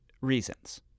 reasons